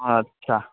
ᱟᱪᱷᱟ